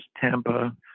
Tampa